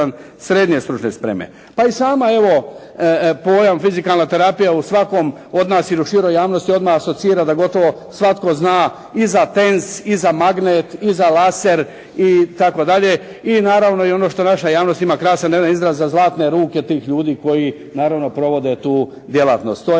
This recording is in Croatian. Pa i sama evo pojam fizikalna terapija u svakom od nas ili u široj javnosti odmah asocira da gotovo svatko zna i za tens i za magnet i za laser itd. I naravno i ono što naša javnost ima krasan jedan izraz za zlatne ruke tih ljudi koji naravno provode tu djelatnost.